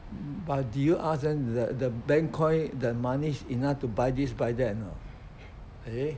but do you ask them the the bank coin the money is enough to buy this buy that or not eh